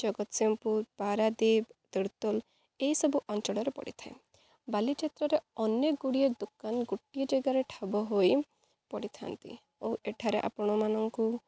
ଜଗତସିଂହପୁର ପାରାଦୀପ ତିର୍ତୋଲ ଏଇସବୁ ଅଞ୍ଚଳରେ ପଡ଼ିଥାଏ ବାଲିଯାତ୍ରାରେ ଅନେକ ଗୁଡ଼ିଏ ଦୋକାନ ଗୋଟିଏ ଜାଗାରେ ଠାବ ହୋଇ ପଡ଼ିଥାନ୍ତି ଓ ଏଠାରେ ଆପଣମାନଙ୍କୁ